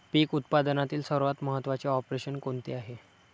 पीक उत्पादनातील सर्वात महत्त्वाचे ऑपरेशन कोणते आहे?